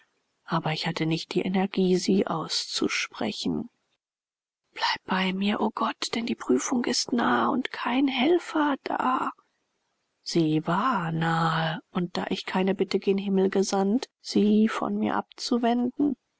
aber ich hatte nicht die energie sie auszusprechen bleib bei mir o gott denn die prüfung ist nahe und kein helfer da sie war nahe und da ich keine bitte gen himmel gesandt sie von mir abzuwenden